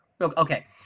Okay